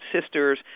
sisters